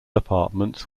apartments